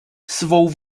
svou